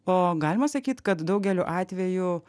o galima sakyt kad daugeliu atvejų